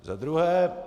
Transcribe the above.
Za druhé.